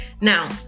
Now